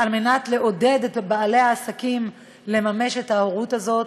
על מנת לעודד את בעלי העסקים שתמומש ההורות הזאת,